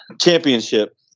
championship